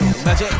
Magic